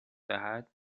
دهد